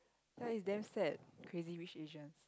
ya it's damn sad Crazy-Rich-Asians